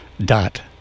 dot